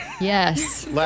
Yes